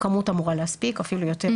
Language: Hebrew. הכמות אמורה להספיק ואפילו יותר.